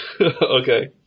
Okay